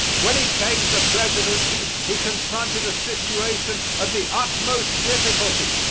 when he came to the presidency he confronted a situation of the utmost difficulty,